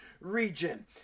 region